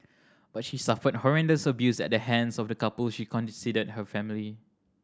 but she suffered horrendous abuse at the hands of the couple she considered her family